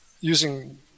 using